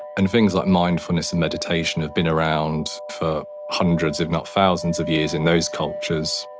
and things like mindfulness and meditation have been around for hundreds if not thousands of years in those cultures.